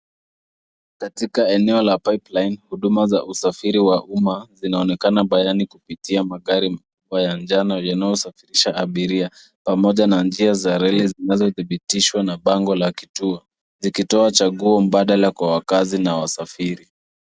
Katika eneo la pipeline huduma za usafiri wa umma zinaonekana bayani kupitia magari kubwa ya njano yanayosafirisha abiria pamoja na njia za reli zinazodhibitishwa na bango la kituo zikitoa chaguo mbadala kwa wakaazi na wasafiri.